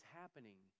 happening